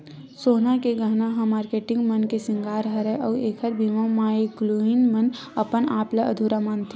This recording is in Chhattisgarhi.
सोना के गहना ह मारकेटिंग मन के सिंगार हरय अउ एखर बिना माइलोगिन मन अपन आप ल अधुरा मानथे